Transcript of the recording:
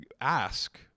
ask